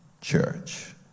church